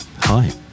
hi